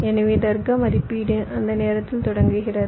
எனவே தர்க்க மதிப்பீடு அந்த நேரத்தில் தொடங்குகிறது